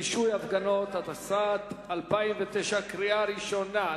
(רישוי הפגנות) קריאה ראשונה.